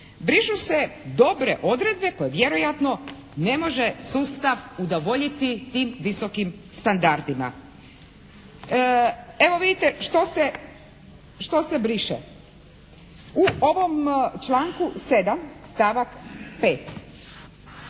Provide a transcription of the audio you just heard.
Brišu se dobre odredbe koje vjerojatno ne može sustav udovoljiti tim visokim standardima? Evo vidite što se briše. U ovom članku 7. stavak 5.